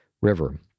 river